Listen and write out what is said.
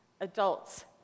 adults